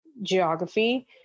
geography